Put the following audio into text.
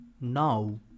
Now